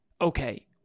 Okay